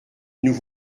nous